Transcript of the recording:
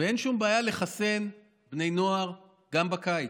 אין שום בעיה לחסן בני נוער גם בקיץ,